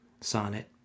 sonnet